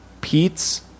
Pete's